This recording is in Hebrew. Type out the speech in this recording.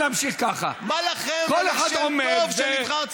העיקר לשקר, זה שקר,